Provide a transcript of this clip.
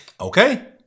Okay